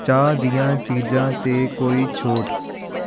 ਚਾਹ ਦੀਆਂ ਚੀਜ਼ਾਂ 'ਤੇ ਕੋਈ ਛੋਟ